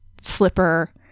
slipper